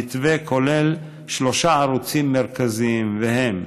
המתווה כולל שלושה ערוצים מרכזיים, והם: